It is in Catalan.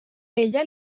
ella